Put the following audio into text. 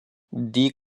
die